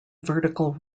vertical